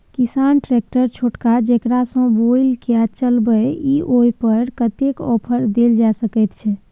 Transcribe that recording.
किसान ट्रैक्टर छोटका जेकरा सौ बुईल के चलबे इ ओय पर कतेक ऑफर दैल जा सकेत छै?